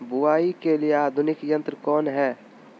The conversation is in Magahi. बुवाई के लिए आधुनिक यंत्र कौन हैय?